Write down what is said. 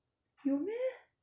有 meh